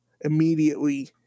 immediately